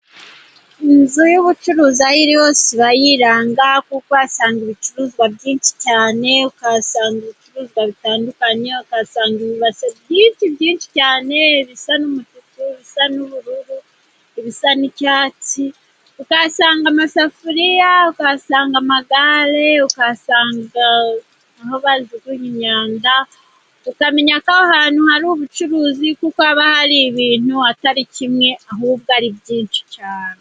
Inzu y'ubucuruzi aho iri hose iba yiranga. Kuko uhasanga ibicuruzwa byinshi cyane. ukahasanga ibicuruzwa bitandukanye, ukahasanga ibibase byinshi byinshi cyane! Ibisa n'umutu, ibisa n'ubururu, ibisa n'icyatsi; ukahasanga amasafuriya, ukahasanga amagare, ukahasanga aho bajugunya imyanda. Ukamenya ko aho hantu hari ubucuruzi, kuko haba hari ibintu atari kimwe ahubwo ari byinshi cyane.